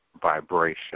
vibration